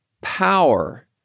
power